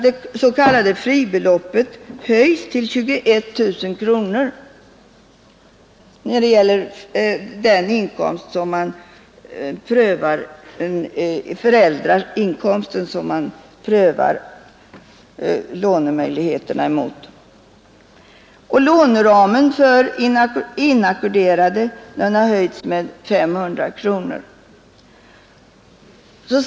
Det s.k. fribeloppet höjs till 21 000 kronor när det gäller den föräldrainkomst som lånemöjligheterna prövas mot. Vidare har låneramen för inackorderade höjts med 500 kronor.